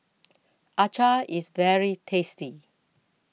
Acar IS very tasty